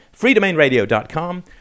freedomainradio.com